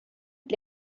het